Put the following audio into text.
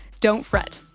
don't fret.